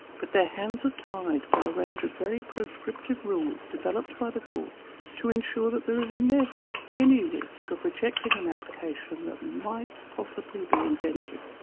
but their hands are tied by a range of very proscriptive rules developed by the courts to ensure there is never any risk of rejecting an application that might possibly be inventive.